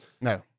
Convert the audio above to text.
No